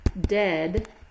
dead